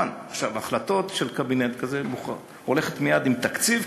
החלטות של קבינט כזה הולכות מייד עם תקציב,